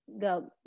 go